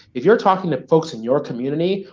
if you're talking to folks in your community,